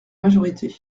majorité